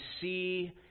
see